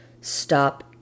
stop